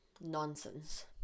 Nonsense